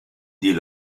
dit